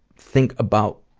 think about,